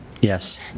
Yes